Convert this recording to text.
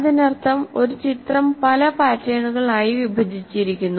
അതിനർത്ഥം ഒരു ചിത്രം പല പാറ്റേണുകൾ ആയി വിഭജിച്ചിരിക്കുന്നു